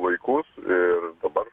vaikus ir dabar